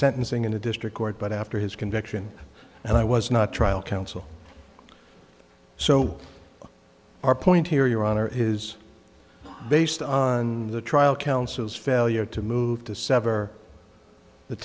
sentencing in a district court but after his conviction and i was not trial counsel so our point here your honor is based on the trial counsel's failure to move to sever the